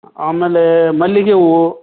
ಆಮೇಲೆ ಮಲ್ಲಿಗೆ ಹೂವು